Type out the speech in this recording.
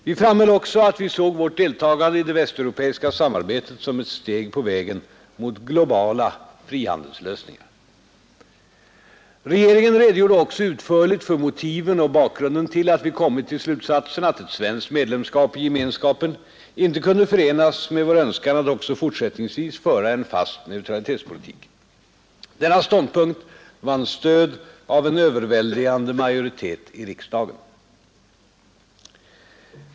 Vi framhöll också att vi såg vårt deltagande i det västeuropeiska samarbetet som ett steg på vägen mot globala frihandelslösningar. Regeringen redogjorde också utförligt för motiven och bakgrunden till att vi kommit till slutsatsen att ett svenskt medlemskap i Gemenskapen inte kunde förenas med vår önskan att också fortsättningsvis föra en fast neutralitetspolitik. Denna ståndpunkt vann stöd av en överväldigande majoritet i riksdagen.